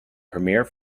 premiere